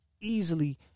easily